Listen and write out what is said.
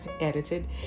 edited